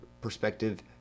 perspective